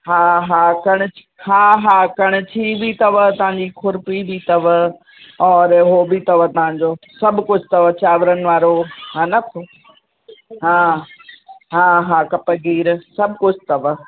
हा हा कणि हा कणिछी बि अथव तव्हांजी खुर्पी बि अथव और उहो बि अथव तव्हांजो सभु कुझु अथव चावरनि वारो हा न हा हा हा कप जीर सभु कुझु अथव